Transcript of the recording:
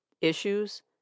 Issues